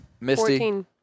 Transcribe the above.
Misty